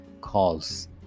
calls